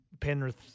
Penrith